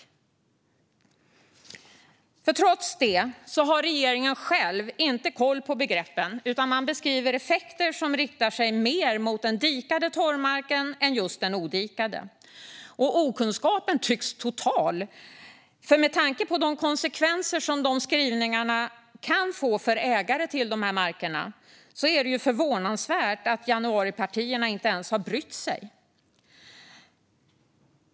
Hållbarhetskriterier - genomförande av det omarbetade förnybart-direktivet Trots detta har regeringen själv inte koll på begreppen utan beskriver effekter som riktar sig mer mot den dikade torvmarken än just den odikade. Okunskapen tycks total. Med tanke på de konsekvenser som dessa skrivningar kan få för ägare till de här markerna är det förvånansvärt att januaripartierna inte ens har brytt sig.